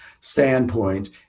standpoint